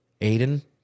Aiden